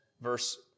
verse